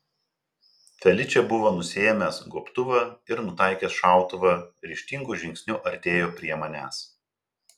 feličė buvo nusiėmęs gobtuvą ir nutaikęs šautuvą ryžtingu žingsniu artėjo prie manęs